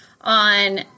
on